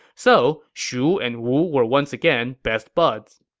so shu and wu were once again best buds